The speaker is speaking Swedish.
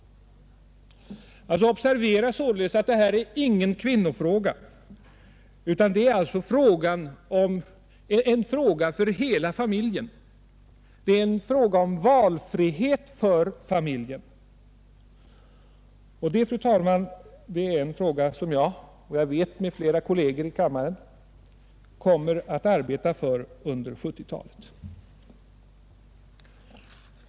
Observera således att detta inte är en kvinnofråga utan en fråga för hela familjen! Det är en fråga om valfrihet för familjen, och det är, fru talman, någonting som jag och — det vet jag — flera kolleger i kammaren kommer att arbeta för under 1970-talet.